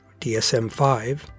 DSM-5